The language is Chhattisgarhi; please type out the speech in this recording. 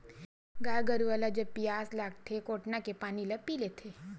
गाय गरुवा ल जब पियास लागथे कोटना के पानी ल पीय लेथे